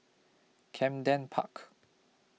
Camden Park